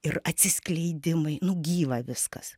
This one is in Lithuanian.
ir atsiskleidimai nu gyva viskas